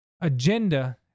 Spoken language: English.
agenda